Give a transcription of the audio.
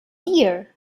beer